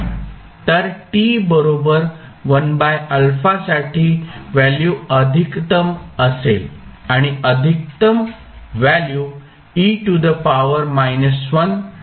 तर t बरोबर 1α साठी व्हॅल्यू अधिकतम असेल आणि अधिकतम व्हॅल्यू आहे